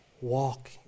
walk